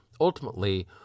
ultimately